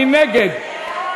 מי נגד?